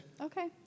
Okay